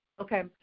Okay